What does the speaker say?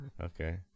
Okay